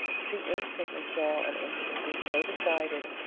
she instantly saw an intimacy so decided,